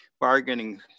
bargaining